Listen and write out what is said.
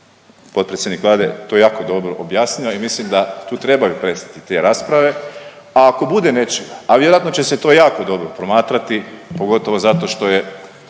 potpredsjednik Vlade to jako dobro objasnio i mislim da tu treba .../Govornik se ne razumije./... te rasprave, a ako bude nečega, a vjerojatno će se to jako dobro promatrati, pogotovo zato što je,